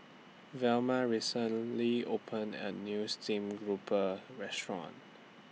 Velma recently opened A New Steamed Grouper Restaurant